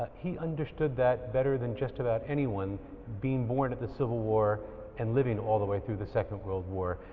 he understood that better than just about anyone being born at the civil war and living all the way through the second world war.